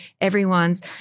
everyone's